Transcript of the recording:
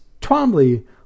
Twombly